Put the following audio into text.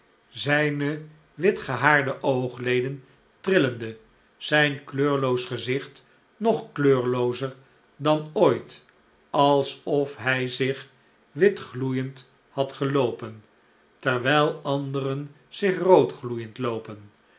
zijne witgehaarde oogleden trillende zijn kleurloos gezicht nog kleurloozer dan ooit alsof hij zich wit gloeiend had geloopen terwijl anderen zich rood gloeiend loopen